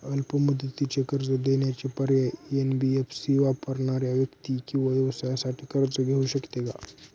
अल्प मुदतीचे कर्ज देण्याचे पर्याय, एन.बी.एफ.सी वापरणाऱ्या व्यक्ती किंवा व्यवसायांसाठी कर्ज घेऊ शकते का?